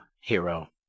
hero